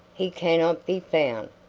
he cannot be found,